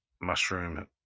mushroom